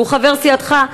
שהוא חבר סיעתך,